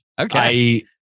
Okay